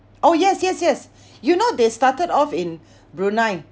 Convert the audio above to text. oh yes yes yes you know they started off in Brunei